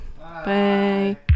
bye